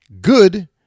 good